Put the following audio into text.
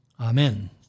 Amen